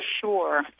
sure